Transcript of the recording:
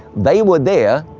they were there,